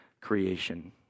creation